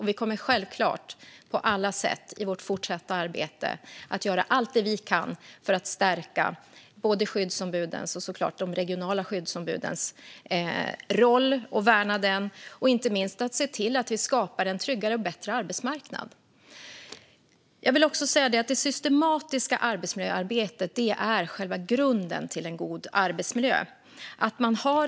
Vi kommer givetvis på alla sätt i vårt fortsatta arbete att göra allt vi kan för att stärka skyddsombudens och de regionala skyddsombudens roll och värna den och inte minst se till att vi skapar en tryggare och bättre arbetsmarknad. Det systematiska arbetsmiljöarbetet är själva grunden för en god arbetsmiljö.